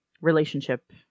relationship